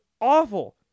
awful